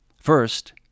First